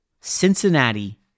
Cincinnati